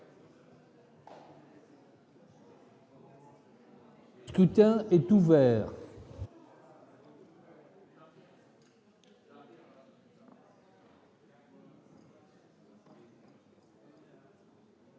Le scrutin est ouvert.